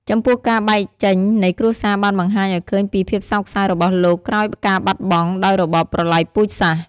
ចំពោះការបែកចេញនៃគ្រួសារបានបង្ហាញឲ្យឃើញពីភាពសោកសៅរបស់លោកក្រោយការបាត់បង់ ដោយរបបប្រលៃពូជសាសន៍។